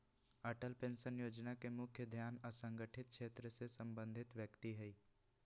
Atal pension जोजना के मुख्य ध्यान असंगठित क्षेत्र से संबंधित व्यक्ति हइ